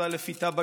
והלפיתה בגרון,